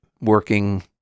Working